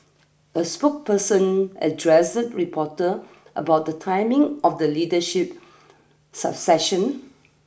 a spokesperson addressed reporter about the timing of the leadership succession